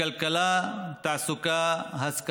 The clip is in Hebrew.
בכלכלה, תעסוקה, השכלה,